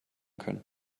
können